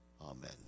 Amen